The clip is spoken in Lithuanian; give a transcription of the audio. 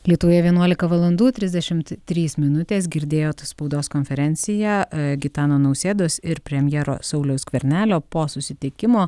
lietuvoje vienuolika valandų trisdešimt trys minutės girdėjot spaudos konferenciją a gitano nausėdos ir premjero sauliaus skvernelio po susitikimo